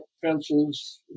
fences